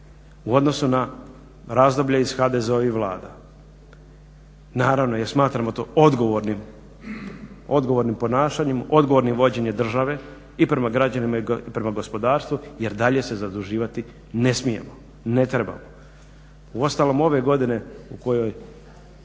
u odnosu na razdoblje iz HDZ-ovih Vlada, naravno jer smatramo to odgovornim ponašanjem, odgovornim vođenjem države i prema građanima i prema gospodarstvu jer dalje se zaduživati ne smijemo, ne trebamo. Uostalom, ove godine u kojoj